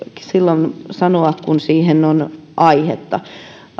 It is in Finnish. silloin sanoa kun siihen on aihetta